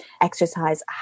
Exercise